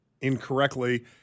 incorrectly